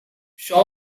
sean